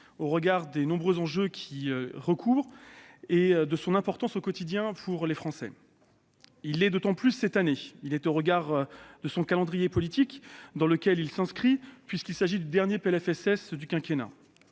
au regard des nombreux enjeux qu'il recouvre et de son importance pour le quotidien des Français. Il l'est d'autant plus cette année. Il l'est au regard du calendrier politique dans lequel il s'inscrit, puisqu'il s'agit du dernier PLFSS du quinquennat.